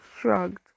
shrugged